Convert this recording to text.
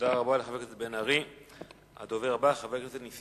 תודה רבה לחבר הכנסת בן-ארי.